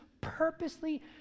purposely